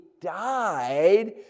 died